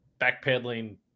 backpedaling